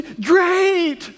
great